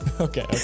Okay